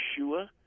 Yeshua